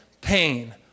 pain